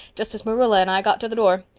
just as marilla and i got to the door.